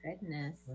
Goodness